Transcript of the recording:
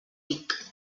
tic